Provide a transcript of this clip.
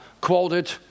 quoted